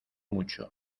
mucho